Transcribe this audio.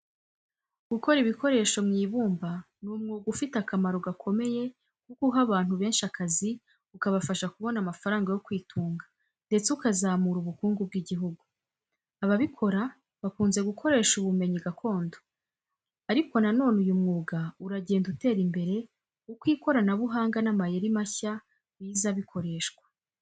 Gukora ibikoresho mu ibumba ni umwuga ufite akamaro gakomeye kuko uha abantu benshi akazi, ukabafasha kubona amafaranga yo kwitunga, ndetse ukazamura ubukungu bw’igihugu. Ababikora bakunze gukoresha ubumenyi gakondo, ariko na none uyu mwuga uragenda utera imbere uko ikoranabuhanga n’amayeri mashya biza bikoreshwa.